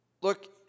look